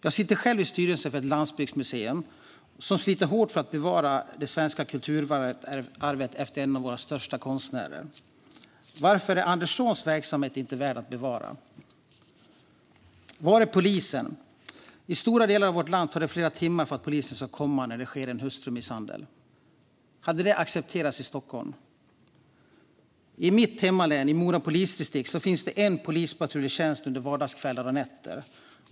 Jag sitter själv i styrelsen för ett landsbygdsmuseum som sliter hårt för att bevara ett svenskt kulturarv efter en av våra största konstnärer. Varför är Anders Zorns verksamhet inte värd att bevara? Var är polisen? I stora delar av vårt land tar det flera timmar för att polisen ska komma när det sker en hustrumisshandel. Skulle det ha accepterats i Stockholm? I mitt hemlän finns det i Mora polisdistrikt en polispatrull i tjänst under vardagskvällar och nätter.